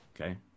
okay